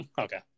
Okay